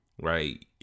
right